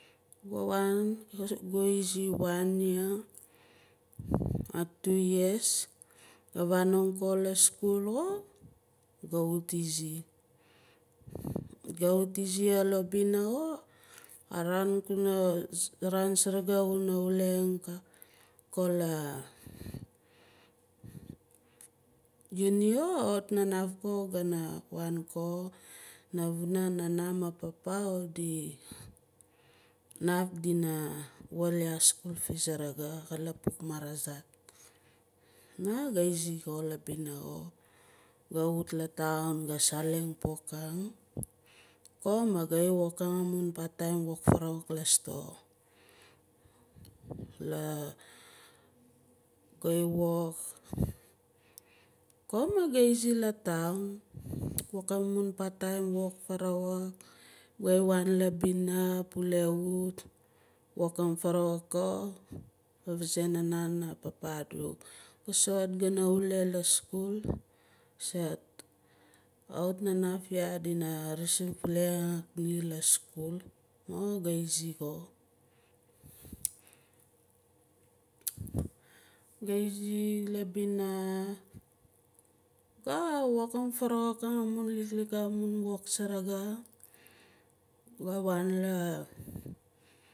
Ga waan ga izi one year ka two years ga vanong ko la skul xo ga wut izi ga wut izi labina xo anaan surugu kuna wuleing ka ko la univ xo kawit ga naaf gana waan panavuna nana maan papa kawit di vaaf dina waal ya askul fee surugu ka lapuk masrazart maga izi labina xo ga wut la faun ga saleng pokang ko ma ga wokang amun part time wok farawok la store la gaai wok ko maa ga izi la toun wokang amun part time farawukgai waan labina pule wut wokang garawuk ko ga vazae nana maan papa adu ga soxot gana wule la skul sait kawit na naaf dina resin pule xak ni las skul mas ga isi xo ga izi labina ga wokang farawuk amun liklik hap mun wok surugu ga waan la